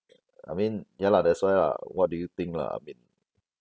I mean ya lah that's why ah what do you think lah I mean